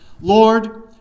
Lord